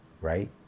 right